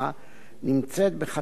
נמצאת בחקירה,